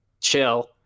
chill